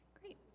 Great